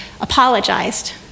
apologized